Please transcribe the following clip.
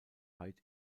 weit